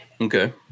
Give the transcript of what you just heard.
Okay